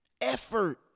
effort